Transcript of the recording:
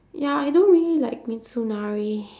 ya I don't really like mitsunari